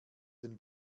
den